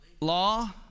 Law